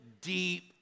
deep